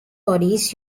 bodies